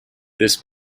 this